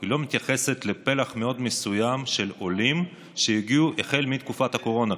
היא לא מתייחסת לפלח מאוד מסוים של עולים שהגיעו החל מתקופת הקורונה,